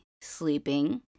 sleeping